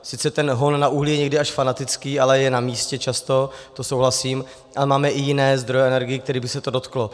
Sice ten hon na uhlí je někdy až fanatický, ale je namístě často, to souhlasím, ale máme i jiné zdroje energií, kterých by se to dotklo.